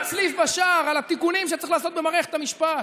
מצליף בשער על התיקונים שצריך לעשות במערכת המשפט.